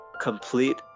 complete